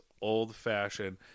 old-fashioned